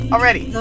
Already